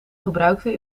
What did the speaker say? gebruikten